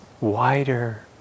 wider